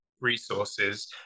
resources